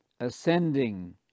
ascending